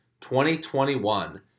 2021